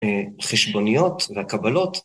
חשבוניות והקבלות.